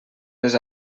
les